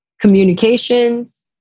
communications